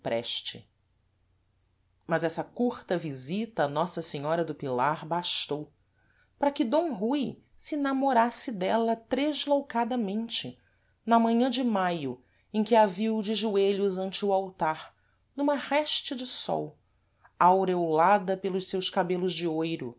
cipreste mas essa curta visita a nossa senhora do pilar bastou para que d rui se namorasse dela tresloucadamente na manhã de maio em que a viu de joelhos ante o altar numa réstea de sol aureolada pelos seus cabelos de oiro